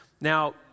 Now